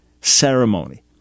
ceremony